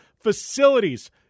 facilities